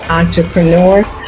entrepreneurs